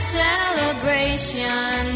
celebration